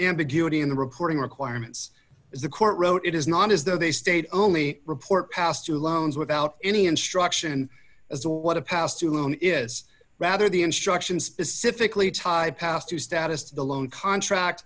ambiguity in the reporting requirements as the court wrote it is not as though they state only report passed to loans without any instruction as a what a pass to whom is rather the instructions specifically tied past to status to the loan contract